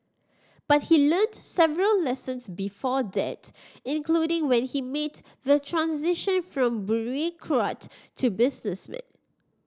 but he learnt several lessons before that including when he made the transition from bureaucrat to businessman